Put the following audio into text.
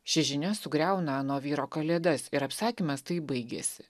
ši žinia sugriauna ano vyro kalėdas ir apsakymas taip baigiasi